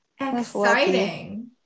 Exciting